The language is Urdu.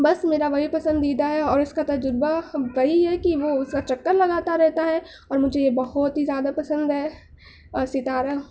بس میرا وہی پسندیدہ ہے اور اس کا تجربہ وہی ہے کہ وہ اس کا چکر لگاتا رہتا ہے اور مجھے یہ بہت ہی زیادہ پسند ہے اور ستارہ